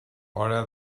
hora